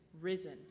risen